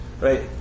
right